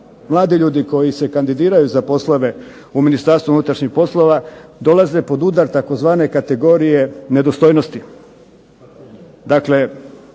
mladi ljudi koji se kandidiraju za poslove u Ministarstvu unutarnjih poslova, dolaze pod udar tzv. kategorije nedostojnosti,